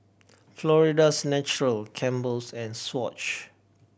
Florida's Natural Campbell's and Swatch